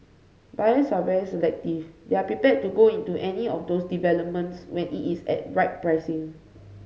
buyers are very selective they are prepared to go into any of those developments where it is at right pricing